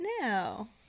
now